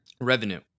revenue